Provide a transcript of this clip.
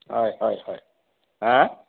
হয় হয় হয় হাঁ